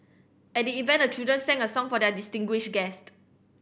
at the event a children sang a song for their distinguished guest